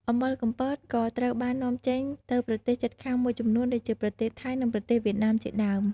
អំបិលកំពតក៏ត្រូវបាននាំចេញទៅប្រទេសជិតខាងមួយចំនួនដូចជាប្រទេសថៃនិងប្រទេសវៀតណាមជាដើម។